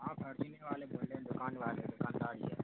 ہاں فارچین ہی والے بول رہے دکان والے دکاندار ہی ہیں